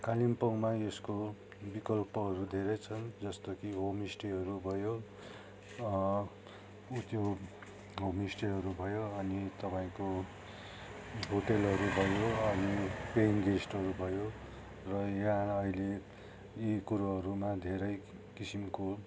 कालिम्पोङमा यसको विकल्पहरू धेरै छन् जस्तो कि होमस्टेहरू भयो उ त्यो होमस्टेहरू भयो अनि तपाईँको होटेलहरू भयो अनि पेङ्गेस्टहरू भयो र यहाँ अहिले यी कुरोहरूमा धेरै किसिमको